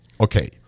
Okay